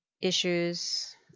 issues